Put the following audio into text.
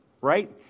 right